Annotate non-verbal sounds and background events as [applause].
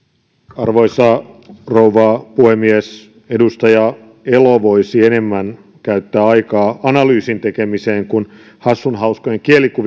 arvoisa rouva puhemies edustaja elo voisi käyttää enemmän aikaa analyysien tekemiseen kuin hassunhauskojen kieliku [unintelligible]